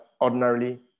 ordinarily